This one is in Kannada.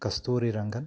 ಕಸ್ತೂರಿ ರಂಗನ್